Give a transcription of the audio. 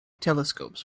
telescopes